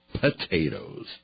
potatoes